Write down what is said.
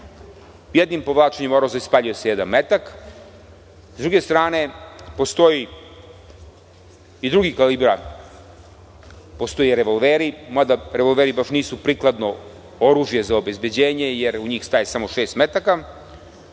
Jednim povlačenjem oroza ispaljuje se jedan metak. Sa druge strane, postoji i drugi kalibar. Postoje revolveri, mada baš nisu prikladno oružje za obezbeđenje jer u njih staje samo šest metaka. Želim